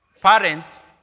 Parents